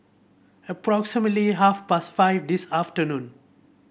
approximately half past five this afternoon